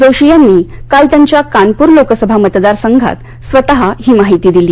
जोशी यासीी काल त्याच्या कानपूर लोकसभा मतदारसद्यात स्वतः ही माहिती दिली